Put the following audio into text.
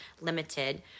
Limited